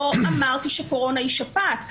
לא אמרתי שקורונה היא שפעת.